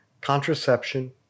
contraception